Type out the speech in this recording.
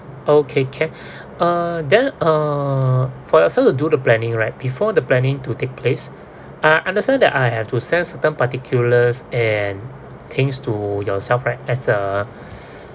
okay can uh then uh for yourself to do the planning right before the planning to take place I understand that I have to send certain particulars and things to yourself right as a